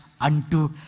unto